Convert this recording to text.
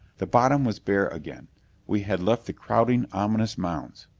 the bottom was bare again we had left the crowding, ominous mounds.